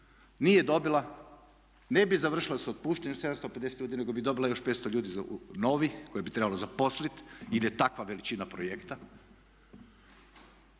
Nije dobila, ne bi završila sa otpuštanjem 750 ljudi nego bi dobila još 500 ljudi novih koje bi trebalo zaposliti jer je takva veličina projekta.